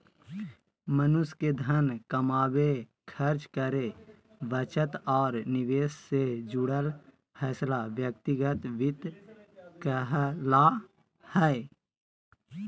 मनुष्य के धन कमावे, खर्च करे, बचत और निवेश से जुड़ल फैसला व्यक्तिगत वित्त कहला हय